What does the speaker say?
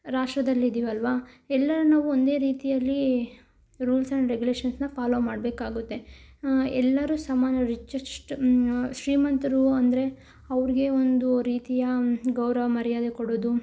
ರಾಷ್ಟ್ರದಲ್ಲಿದ್ದೀವಲ್ವಾ ಎಲ್ಲರನ್ನೂ ಒಂದೇ ರೀತಿಯಲ್ಲಿ ರೂಲ್ಸ್ ಅಂಡ್ ರೇಗ್ಯುಲೇಷನ್ಸನ್ನ ಫಾಲೋ ಮಾಡಬೇಕಾಗುತ್ತೆ ಎಲ್ಲರು ಸಮಾನರು ರಿಚ್ಚೆಶ್ಟ್ ಶ್ರೀಮಂತರು ಅಂದರೆ ಅವ್ರಿಗೇ ಒಂದು ರೀತಿಯ ಗೌರವ ಮರ್ಯಾದೆ ಕೊಡೋದು